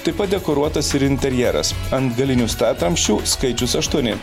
taip pat dekoruotas ir interjeras ant galinių statramsčių skaičius aštuoni